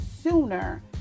sooner